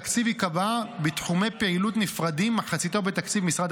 התקציב ייקבע בתחומי פעילות נפרדים: מחציתו בתקציב משרד